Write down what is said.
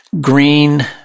green